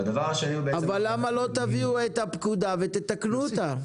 והדבר השני --- אבל למה לא תביאו את הפקודה ותתקנו אותה?